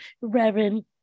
Reverend